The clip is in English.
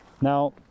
Now